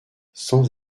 sans